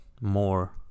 more